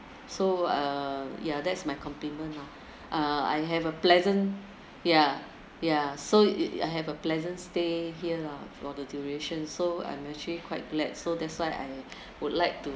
so uh ya that's my compliment lah uh I have a pleasant yeah yeah so yeah I have a pleasant stay here lah for the duration so I'm actually quite glad so that's why I would like to